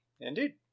Indeed